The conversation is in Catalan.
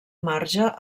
marge